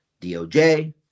DOJ